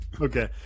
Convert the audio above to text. Okay